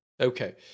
Okay